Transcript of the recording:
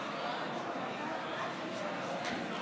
שונות ומשונות: פעם זה החרדים,